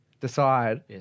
decide